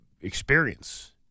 experience